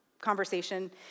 conversation